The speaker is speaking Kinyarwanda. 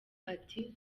ati